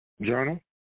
Journal